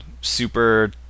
super